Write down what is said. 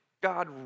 God